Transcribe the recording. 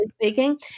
speaking